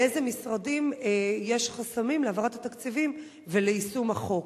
באיזה משרדים יש חסמים להעברת התקציבים וליישום החוק?